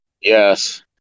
Yes